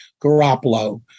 Garoppolo